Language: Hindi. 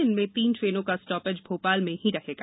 इनमें तीन ट्रेनों का स्टॉपेज भोपाल में भी रहेगा